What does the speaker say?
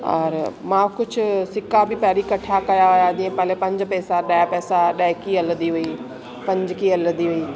और मां कुझु सिका बि पहिरियों इकट्ठा कया हुआ जीअं पहले पंज पैसा ॾह पैसा ॾहकी हलंदी हुई पंजकी हलंदी हुई